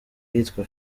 yitwa